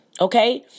Okay